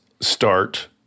start